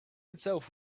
itself